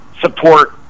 support